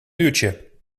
uurtje